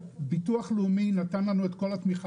ביטוח לאומי נתן לנו את כל התמיכה שאפשר.